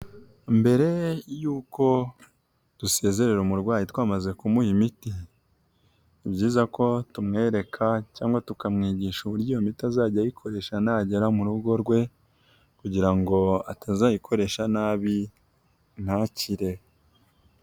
Mbere yuko dusezerera umurwayi twamaze kumuha imiti, ni byiza ko tumwereka cyangwa tukamwigisha uburyo iyo miti azajya ayikoresha mu rugo rwe kugira ngo atazayikoresha nabi ntakire.